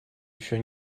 еще